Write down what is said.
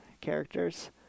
characters